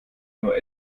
nur